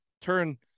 turn